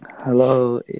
Hello